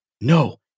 No